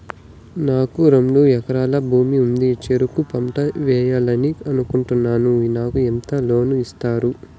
నాకు రెండు ఎకరాల భూమి ఉంది, చెరుకు పంట వేయాలని అనుకుంటున్నా, నాకు ఎంత లోను ఇస్తారు?